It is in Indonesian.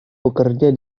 bekerja